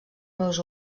meus